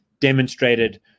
demonstrated